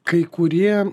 kai kurie